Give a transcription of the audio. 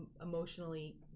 emotionally